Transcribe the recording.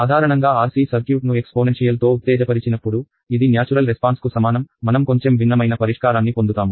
సాధారణంగా RC సర్క్యూట్ను ఎక్స్పోనెన్షియల్తో ఉత్తేజపరిచినప్పుడు ఇది న్యాచురల్ రెస్పాన్స్ కు సమానం మనం కొంచెం భిన్నమైన పరిష్కారాన్ని పొందుతాము